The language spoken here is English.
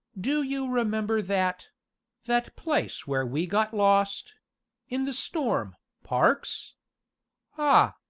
do you remember that that place where we got lost in the storm, parks ah,